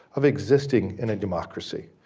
of existing in a democracy?